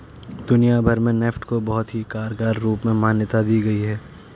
दुनिया भर में नेफ्ट को बहुत ही कारगर रूप में मान्यता दी गयी है